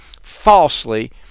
falsely